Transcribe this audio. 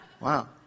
Wow